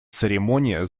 церемония